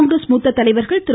காங்கிரஸ் மூத்த தலைவர்கள் திரு